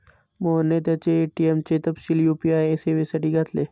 मोहनने त्याचे ए.टी.एम चे तपशील यू.पी.आय सेवेसाठी घातले